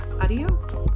Adios